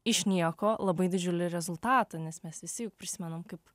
iš nieko labai didžiulį rezultatą nes mes visi juk prisimenam kaip